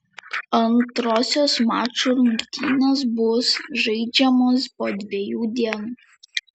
antrosios mačų rungtynės bus žaidžiamos po dviejų dienų